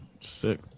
Sick